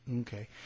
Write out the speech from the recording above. Okay